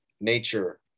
Nature